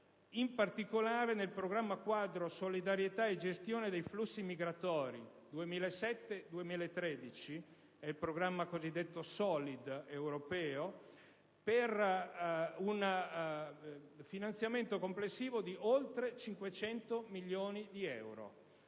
in particolare nel programma-quadro "Solidarietà e gestione dei flussi migratori 2007-2013» (programma europeo cosiddetto Solid), che conta un finanziamento complessivo di oltre 500 milioni di euro,